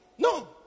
No